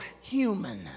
human